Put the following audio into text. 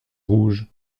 rouge